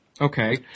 Okay